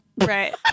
Right